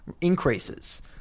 increases